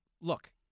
look